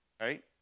Right